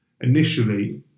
initially